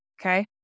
okay